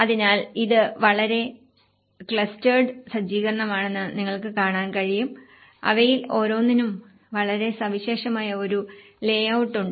അതിനാൽ ഇത് വളരെ ക്ലസ്റ്റേർഡ് സജ്ജീകരണമാണെന്ന് നിങ്ങൾക്ക് കാണാൻ കഴിയും അവയിൽ ഓരോന്നിനും വളരെ സവിശേഷമായ ഒരു ലേഔട്ട് ഉണ്ട്